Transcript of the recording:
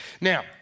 Now